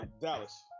Dallas